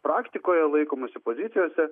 praktikoje laikomasi pozicijos